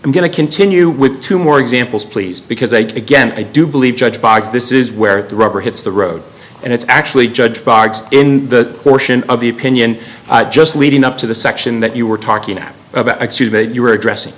i'm going to continue with two more examples please because i again i do believe judge box this is where the rubber hits the road and it's actually judge bards in the portion of the opinion just leading up to the section that you were talking about you were addressing